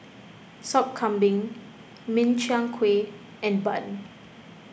Sop Kambing Min Chiang Kueh and Bun